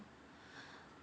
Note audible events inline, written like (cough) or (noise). (breath)